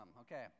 Okay